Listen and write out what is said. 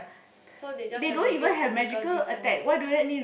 so they just have to build physical defence